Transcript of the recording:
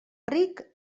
ric